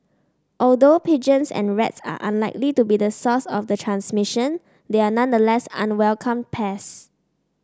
although pigeons and rats are unlikely to be the source of the transmission they are nonetheless unwelcome pest